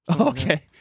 Okay